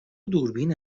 دوربین